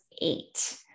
eight